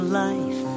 life